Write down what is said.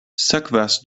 sekvas